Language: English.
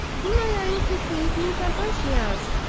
do my eyes deceive me, papa? she asked.